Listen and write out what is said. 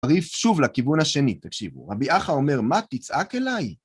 עדיף שוב לכיוון השני, תקשיבו, רבי אחא אומר מה תצעק אליי?